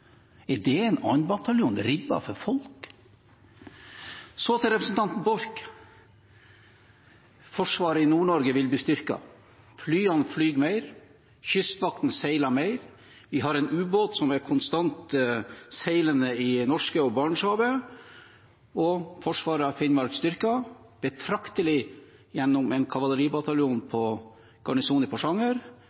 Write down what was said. Er det en 2. bataljon ribbet for folk? Så til representanten Borch: Forsvaret i Nord-Norge vil bli styrket. Flyene flyr mer. Kystvakten seiler mer. Vi har en ubåt som er konstant seilende i Norskehavet og Barentshavet. Forsvaret av Finnmark er styrket betraktelig gjennom en kavaleribataljon på garnisonen i Porsanger.